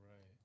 Right